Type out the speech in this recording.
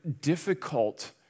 difficult